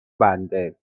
بنده